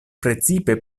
precipe